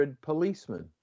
policemen